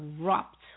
corrupt